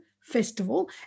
Festival